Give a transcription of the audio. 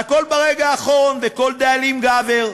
והכול ברגע האחרון, וכל דאלים גבר,